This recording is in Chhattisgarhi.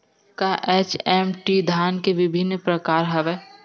का एच.एम.टी धान के विभिन्र प्रकार हवय?